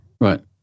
Right